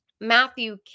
Matthew